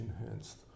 enhanced